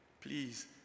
please